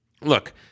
look